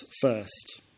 first